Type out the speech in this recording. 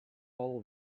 all